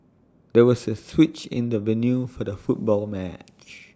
there was A switch in the venue for the football match